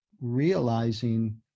Realizing